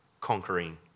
conquering